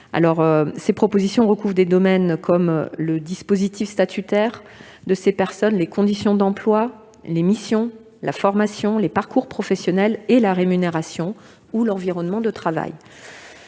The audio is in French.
Ces propositions recouvrent des domaines tels que les dispositifs statutaires, les conditions d'emploi, les missions, la formation, les parcours professionnels et la rémunération ou l'environnement de travail.